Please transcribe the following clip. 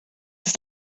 ist